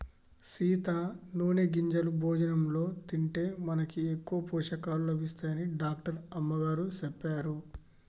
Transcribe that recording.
సీత నూనె గింజలు భోజనంలో తింటే మనకి ఎక్కువ పోషకాలు లభిస్తాయని డాక్టర్ అమ్మగారు సెప్పారు